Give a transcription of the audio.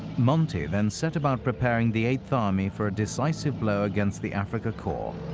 monty then set about preparing the eighth army for a decisive blow against the afrika korps.